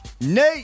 Nate